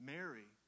Mary